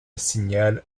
signal